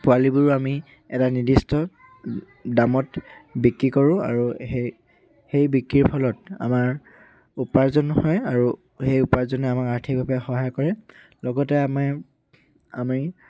পোৱালিবোৰো আমি এটা নিৰ্দিষ্ট দামত বিক্ৰী কৰোঁ আৰু সেই সেই বিক্ৰীৰ ফলত আমাৰ উপাৰ্জনো হয় আৰু সেই উপাৰ্জনে আমাক আৰ্থিকভাৱে সহায় কৰে লগতে আমাৰ আমি